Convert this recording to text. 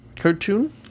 Cartoon